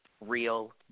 real